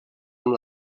amb